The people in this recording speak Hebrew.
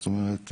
זאת אומרת,